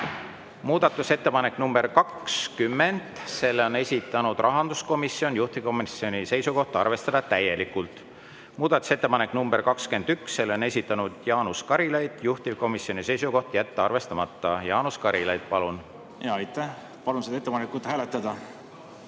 Muudatusettepanek nr 20, selle on esitanud rahanduskomisjon, juhtivkomisjoni seisukoht: arvestada täielikult. Muudatusettepanek nr 21, selle on esitanud Jaanus Karilaid, juhtivkomisjoni seisukoht: jätta arvestamata. Jaanus Karilaid, palun! Aitäh! Palun seda ettepanekut hääletada.